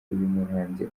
muhanzi